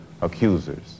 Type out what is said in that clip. accusers